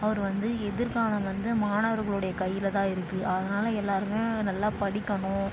அவர் வந்து எதிர்காலம் வந்து மாணவர்களுடைய கையில் தான் இருக்குது அதனால் எல்லோருமே நல்லா படிக்கணும்